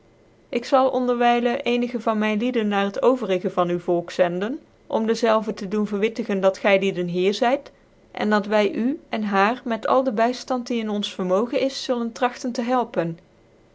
ik zal ondcrwylcn eenigc van mvn lieden na het overige van uw volk zenden om dezelve te doen verwittigen dat gylicden hier zcid en dat wy u en haar met al dc byftand die in ons vermogen is zullen tragtcn te helpen